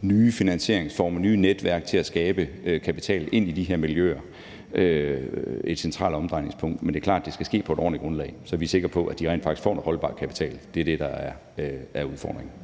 nye finansieringsformer og nye netværk til at skabe kapital ind i de her miljøer et centralt omdrejningspunkt. Men det er klart, at det skal ske på et ordentligt grundlag, så vi er sikre på, at de rent faktisk får noget holdbar kapital. Det er det, der er udfordringen.